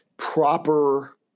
proper